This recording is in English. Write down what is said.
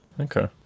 Okay